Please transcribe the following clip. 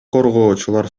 коргоочулар